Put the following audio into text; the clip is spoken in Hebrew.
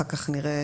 אחר כך נראה.